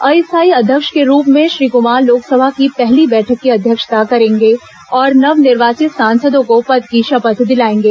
अस्थाई अध्यक्ष के रूप में श्री क्मार लोकसभा की पहली बैठक की अध्यक्षता करेंगे और नव निर्वाचित सांसदों को पद की शपथ दिलाएंगे